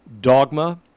dogma